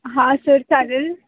हां सर चालेल